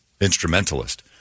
instrumentalist